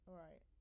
right